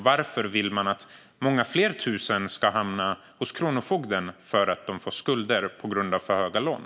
Varför vill man att många fler tusen ska hamna hos kronofogden på grund av skulder från höga lån?